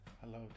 Hello